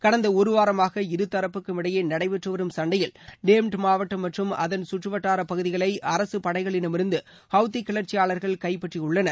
கடந்த இருதரப்புக்கும் இடையே நடைபெற்று வரும் சண்டையில் டேம்ட் மாவட்டம் மற்றும் அதன் சுற்று வட்டாரப் பகுதிகளை அரசுப் படைகளிடமிருந்து ஹவுதி கிளர்ச்சியாளர்கள் கைப்பற்றியுள்ளனர்